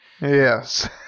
Yes